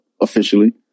officially